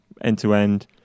end-to-end